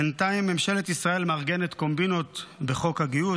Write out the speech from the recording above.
בינתיים ממשלת ישראל מארגנת קומבינות בחוק הגיוס